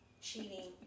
Cheating